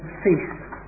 feast